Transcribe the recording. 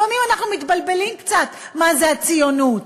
לפעמים אנחנו מתבלבלים קצת מה זה ציונות.